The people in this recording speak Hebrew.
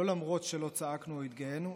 לא למרות שלא צעקנו או התגאינו,